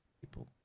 people